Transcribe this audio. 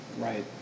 right